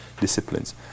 disciplines